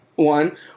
One